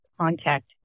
contact